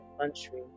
country